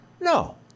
No